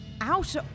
out